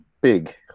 big